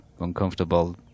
uncomfortable